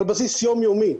על בסיס יום יומי,